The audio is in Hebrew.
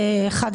ההגשה.